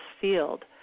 field